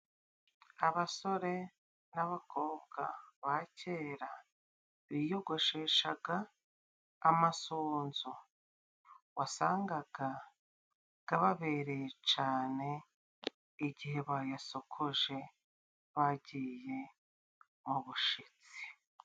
Abasore n'abakobwa ba cyera biyogosheshaga amasunzu. Wasangaga ababereye cyane, igihe bayasokoje bagiye mu bashyitsi.